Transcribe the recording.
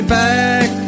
back